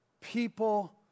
people